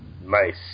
nice